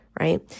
right